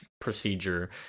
procedure